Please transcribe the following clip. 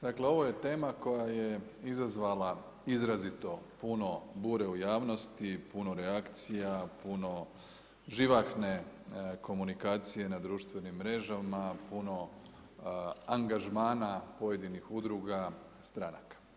Dakle, ovo je tema koja je izazvala izrazito putno bure u javnosti, puno reakcija, puno živahne komunikacije na društvenim mrežama, puno angažmana pojedinih udruga, stranaka.